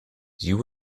you